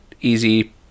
easy